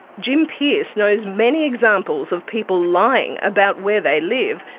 jim pearce knows many examples of people lying about where they live,